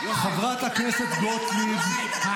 --- חברת הכנסת גוטליב, קריאה שלישית.